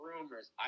rumors